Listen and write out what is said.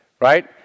Right